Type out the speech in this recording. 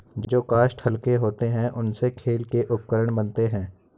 जो काष्ठ हल्के होते हैं, उनसे खेल के उपकरण बनते हैं